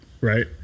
right